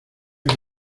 que